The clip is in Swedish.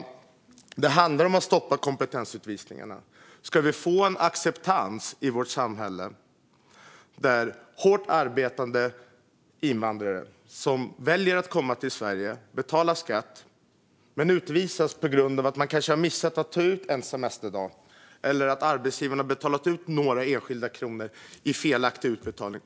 Det handlar om att stoppa kompetensutvisningarna. Ska hårt arbetande invandrare som väljer att komma till Sverige och betala skatt utvisas på grund av att man kanske har missat att ta ut en semesterdag eller att arbetsgivaren har betalat ut några kronor i felaktiga utbetalningar?